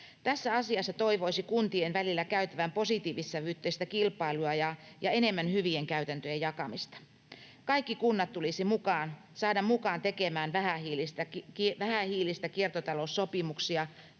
Tässä asiassa toivoisi kuntien välille käytävää positiivissävytteistä kilpailua ja enemmän hyvien käytäntöjen jakamista. Kaikki kunnat tulisi saada mukaan tekemään vähähiilisiä kiertotaloussopimuksia